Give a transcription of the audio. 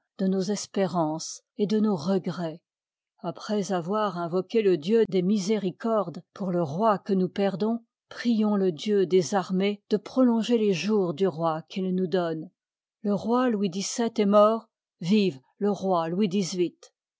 de nos espéjo rances et de nos regrets après avoir invoqué le dieu des miséricordes pour le roi que nous perdons prions le dieu v des armées de prolonger les jours du roi qu'il nous donne le moi louis xf'ji est mort vive le roi louis